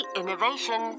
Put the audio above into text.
innovation